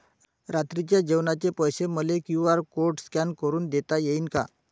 रात्रीच्या जेवणाचे पैसे मले क्यू.आर कोड स्कॅन करून देता येईन का?